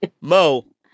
Mo